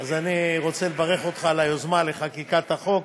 אז אני רוצה לברך אותך על היוזמה לחקיקת החוק.